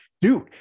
dude